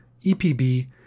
EPB